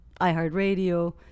iHeartRadio